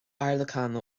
airleacain